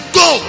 go